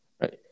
right